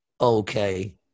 Okay